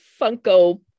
Funko